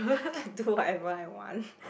can do whatever I want